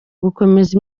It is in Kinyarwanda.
gukomeza